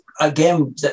again